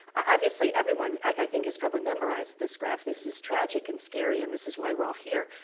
obviously everyone i think has probably memorized this graph, this is tragic and scary and this is why we're all here.